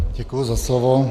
Děkuji za slovo.